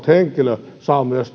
henkilö saa myös